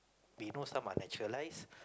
we know some are naturalised